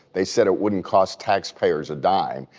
they said it wouldn't cost taxpayers a dime.